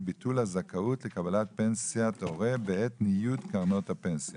ביטול הזכאות לקבלת פנסיית הורה בעת ניוד קרנות הפנסיה.